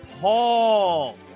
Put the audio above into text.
Paul